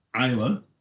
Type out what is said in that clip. isla